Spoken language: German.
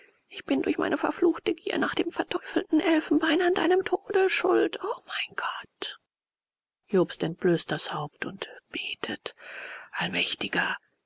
ich bin durch meine verfluchte gier nach dem verteufelten elfenbein an deinem tode schuld o mein gott jobst entblößt das haupt und betet allmächtiger